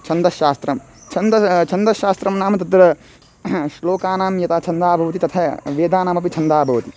छन्दश्शास्त्रं छन्दसः छन्दश्शास्त्रं नाम तत्र श्लोकानां यथा छन्दः भवति तथा वेदानामपि छन्दः भवति